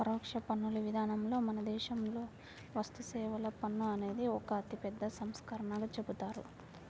పరోక్ష పన్నుల విధానంలో మన దేశంలో వస్తుసేవల పన్ను అనేది ఒక అతిపెద్ద సంస్కరణగా చెబుతారు